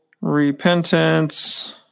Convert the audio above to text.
repentance